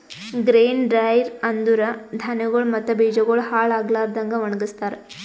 grain dryer ಅಂದುರ್ ಧಾನ್ಯಗೊಳ್ ಮತ್ತ ಬೀಜಗೊಳ್ ಹಾಳ್ ಆಗ್ಲಾರದಂಗ್ ಒಣಗಸ್ತಾರ್